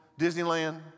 Disneyland